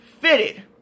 fitted